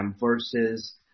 versus